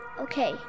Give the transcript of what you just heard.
Okay